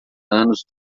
anos